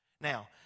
Now